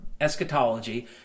eschatology